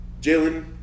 Jalen